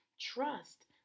trust